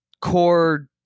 core